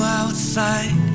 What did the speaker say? outside